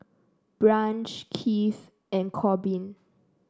Branch Keith and Corbin